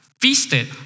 feasted